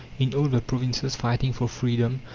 in all the provinces fighting for freedom,